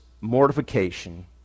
mortification